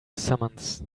summons